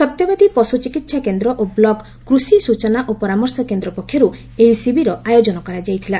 ସତ୍ୟବାଦୀ ପଶୁ ଚିକିହା କେନ୍ଦ୍ର ଓ ବ୍ଲକ୍ କୃଷି ସ୍ଚନା ଓ ପରାମର୍ଶ କେଦ୍ର ପକ୍ଷରୁ ଏହି ଶିବିର ଆୟୋଜନ କରାଯାଇଥିଲା